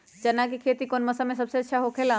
चाना के खेती कौन मौसम में सबसे अच्छा होखेला?